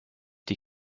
die